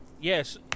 Yes